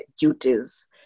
duties